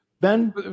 Ben